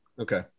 Okay